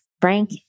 Frank